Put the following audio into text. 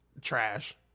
Trash